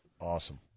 Awesome